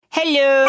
Hello